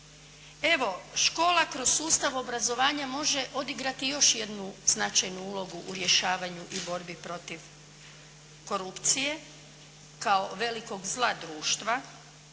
Evo, škola kroz sustav obrazovanja može odigrati još jednu značajnu ulogu u rješavanju i borbi protiv korupcije kao velikog zla društva